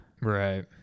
Right